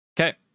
Okay